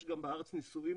יש גם בארץ ניסויים,